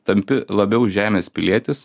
tampi labiau žemės pilietis